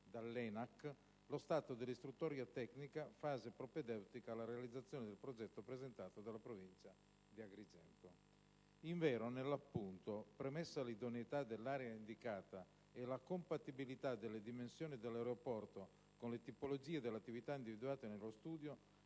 dall'ENAC, lo stato dell'istruttoria tecnica, fase propedeutica alla realizzazione del progetto presentato dalla Provincia di Agrigento. Invero, nell'appunto, premessa l'idoneità dell'area indicata e la compatibilità delle dimensioni dell'aeroporto con le tipologie delle attività individuate nello studio,